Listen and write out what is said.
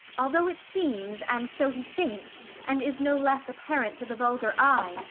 although it seems, and so he thinks, and is no less apparent to the vulgar eye,